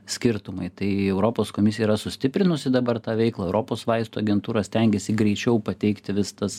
skirtumai tai europos komisija yra sustiprinusi dabar tą veiklą europos vaistų agentūra stengiasi greičiau pateikti vis tas